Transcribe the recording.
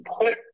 put